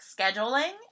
scheduling